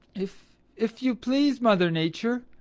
if if you please, mother nature,